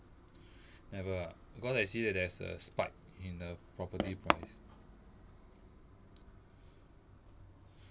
never ah cause I see that there's a spike in the property price